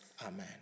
Amen